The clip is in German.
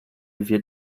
wird